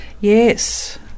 Yes